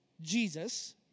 Jesus